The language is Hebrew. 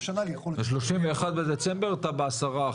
שנה ליכולת --- ב-31 בדצמבר אתה ב-10%.